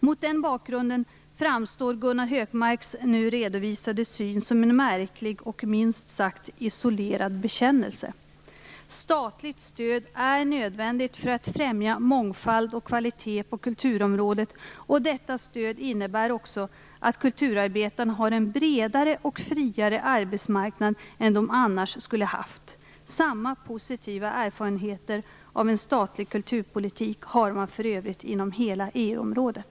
Mot den bakgrunden framstår Gunnar Hökmarks nu redovisade syn som en märklig och minst sagt isolerad bekännelse. Statligt stöd är nödvändigt för att främja mångfald och kvalitet på kulturområdet. Detta stöd innebär också att kulturarbetarna har en bredare och friare arbetsmarknad än de annars skulle haft. Samma positiva erfarenheter av en statlig kulturpolitik har man för övrigt inom hela EU-området.